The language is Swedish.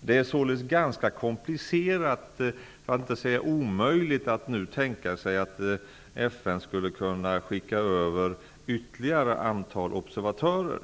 Det är således ganska komplicerat, för att inte säga omöjligt, att nu tänka sig att FN skulle kunna skicka över ytterligare observatörer.